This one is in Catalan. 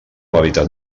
hàbitat